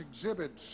exhibits